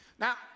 Now